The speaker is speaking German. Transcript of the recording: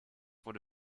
wurde